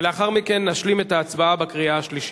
ולאחר מכן נשלים את ההצבעה בקריאה השלישית.